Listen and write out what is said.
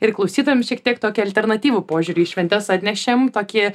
ir klausytojams šiek tiek tokį alternatyvų požiūrį į šventes atnešėm tokį